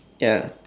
ya